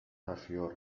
taşıyor